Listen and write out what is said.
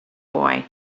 boy